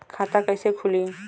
खाता कईसे खुली?